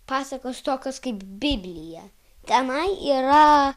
pasakos tokios kaip biblija tenai yra